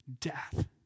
death